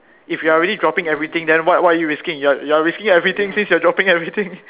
if you're already dropping everything then what what are you risking you're you are risking everything since you are dropping everything